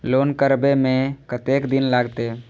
Loan करबे में कतेक दिन लागते?